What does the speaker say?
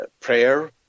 prayer